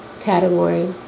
category